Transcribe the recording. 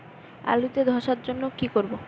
আলুতে ধসার জন্য কি করব?